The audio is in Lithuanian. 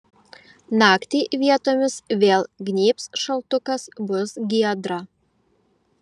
naktį vietomis vėl gnybs šaltukas bus giedra